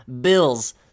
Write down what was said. Bills